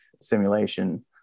simulation